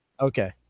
Okay